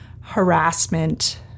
harassment